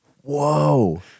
Whoa